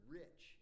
rich